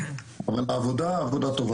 אבל העבודה היא עבודה טובה.